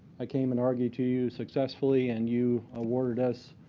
i came and argue to you successfully and you awarded us